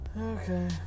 Okay